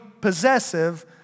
possessive